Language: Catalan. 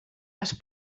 has